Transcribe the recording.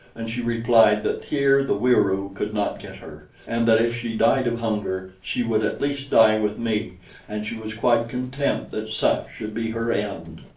and she replied that here the wieroo could not get her, and that if she died of hunger, she would at least die with me and she was quite content that such should be her end.